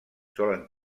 solen